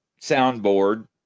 soundboard